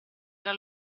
tra